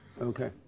okay